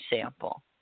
sample